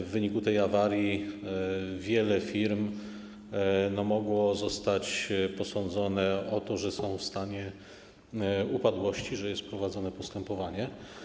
W wyniku tej awarii wiele firm mogło zostać posądzonych o to, że są w stanie upadłości, że jest prowadzone postępowanie.